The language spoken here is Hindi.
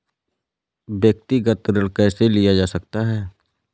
व्यक्तिगत ऋण कैसे लिया जा सकता है?